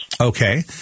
Okay